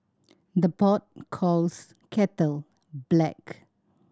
the pot calls kettle black